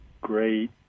Great